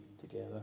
together